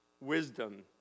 wisdom